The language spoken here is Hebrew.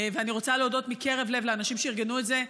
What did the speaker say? אני רוצה להודות מקרב לב לאנשים שארגנו את זה,